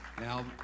Now